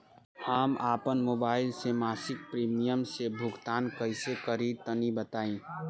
हम आपन मोबाइल से मासिक प्रीमियम के भुगतान कइसे करि तनि बताई?